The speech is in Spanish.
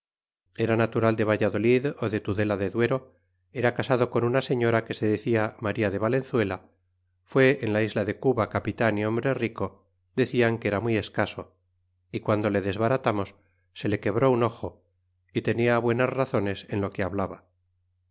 era natural de val l adolid rá de tudela de duero era casado con una señora que se decía maría de valenzuela fue en la isla de cuba capitan é hombre rico decian que era muy escaso guando le desbaratamos se le quebró un ojo y teniahnenas razones en lo que hablaba